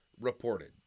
reported